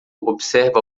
observa